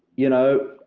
you know,